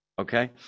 okay